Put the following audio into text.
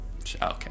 okay